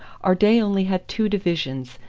our day only had two divisions,